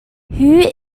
who